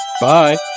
Bye